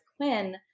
Quinn